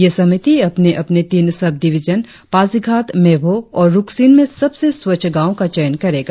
ये समिति अपने अपने तीन सब डीविजन पासीघाट मेबो और रुकसिन में सबसे स्वच्छ गांव का चयन करेगा